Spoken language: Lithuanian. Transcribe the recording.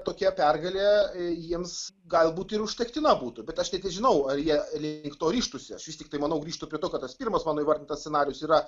tokia pergalė jiems galbūt ir užtektina būtų bet aš tai nežinau ar jie link to ryžtųsi aš vis tiktai manau grįžtu prie to kad tas pirmas mano įvardintas scenarijus yra